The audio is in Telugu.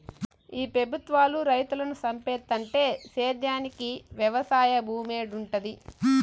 ఈ పెబుత్వాలు రైతులను సంపేత్తంటే సేద్యానికి వెవసాయ భూమేడుంటది